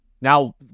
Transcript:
Now